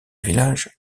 village